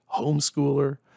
homeschooler